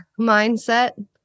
mindset